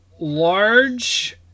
large